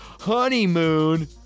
honeymoon